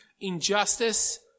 injustice